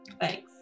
Thanks